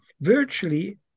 virtually